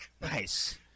Nice